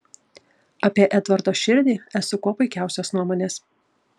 apie edvardo širdį esu kuo puikiausios nuomonės